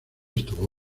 estuvo